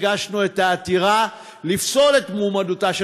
הגשנו את העתירה לפסול את מועמדותה של